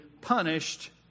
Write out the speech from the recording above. punished